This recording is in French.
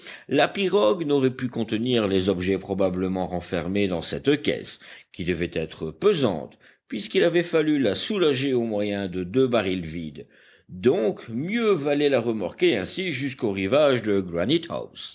la pirogue n'aurait pu contenir les objets probablement renfermés dans cette caisse qui devait être pesante puisqu'il avait fallu la soulager au moyen de deux barils vides donc mieux valait la remorquer ainsi jusqu'au rivage de